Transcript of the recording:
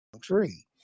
tree